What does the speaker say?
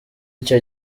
icyo